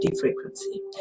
frequency